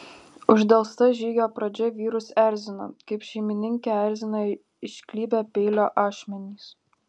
uždelsta žygio pradžia vyrus erzino kaip šeimininkę erzina išklibę peilio ašmenys